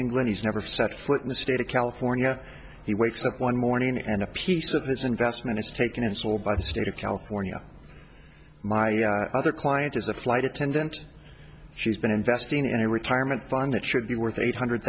england he's never set foot in the state of california he wakes up one morning and a piece of this investment is taken and sold by the state of california my other client is a flight attendant she's been investing in a retirement fund that should be worth eight hundred